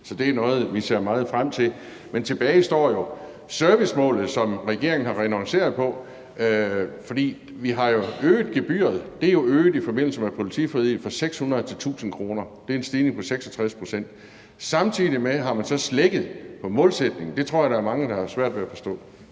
så det er noget, vi ser meget frem til. Men tilbage står jo det med servicemålet, som regeringen har renonceret på. For vi har jo øget gebyret i forbindelse med politiforliget fra 600 kr. til 1000 kr. Det er en stigning på 66 pct. Samtidig med det har man så slækket på målsætningen. Det tror jeg der er mange der har svært ved at forstå.